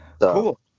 cool